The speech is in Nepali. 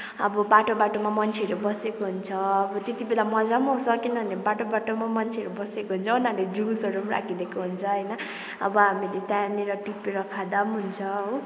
अब बाटो बाटोमा मान्छेहरू बसेको हुन्छ अब त्यति बेला मजा पनि आउँछ किनभने बाटो बाटोमा मान्छेहरू बसेको हुन्छ उनीहरूले जुसहरू पनि राखिदिएको हुन्छ होइन अब हामीले त्यहाँनिर टिपेर खाँदा पनि हुन्छ हो